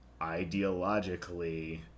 ideologically